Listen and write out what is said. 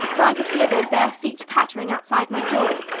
for i could hear their bare feet pattering outside my door.